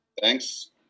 Thanks